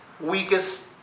weakest